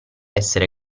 essere